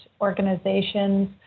organizations